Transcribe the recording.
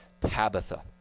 Tabitha